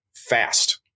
Fast